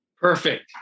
Perfect